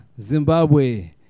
Zimbabwe